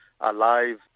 alive